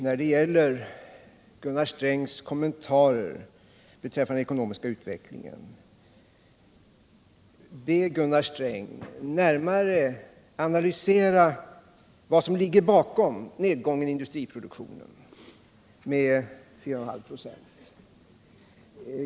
När det gäller den ekonomiska utvecklingen vill jag be Gunnar Sträng att analysera vad som ligger bakom nedgången i industriproduktionen med 4,5 96.